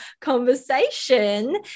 conversation